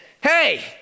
hey